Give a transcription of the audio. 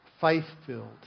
faith-filled